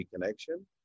connection